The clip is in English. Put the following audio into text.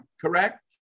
correct